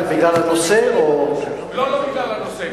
בגלל הנושא, או, לא, לא בגלל הנושא.